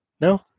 no